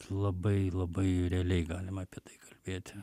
labai labai realiai galima apie tai kalbėti